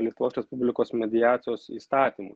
lietuvos respublikos mediacijos įstatymui